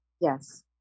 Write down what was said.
Yes